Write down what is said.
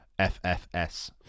FFS